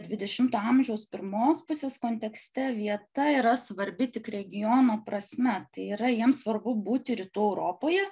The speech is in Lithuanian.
dvidešimto amžiaus pirmos pusės kontekste vieta yra svarbi tik regiono prasme tai yra jiem svarbu būti rytų europoje